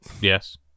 Yes